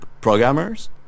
programmers